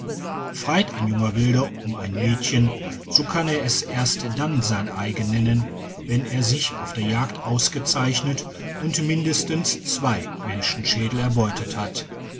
ein junger wilder um ein mädchen so kann er es erst dann sein eigen nennen wenn er sich auf der jagd ausgezeichnet und mindestens zwei menschenschädel erbeutet hat